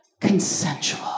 consensual